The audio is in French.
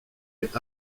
est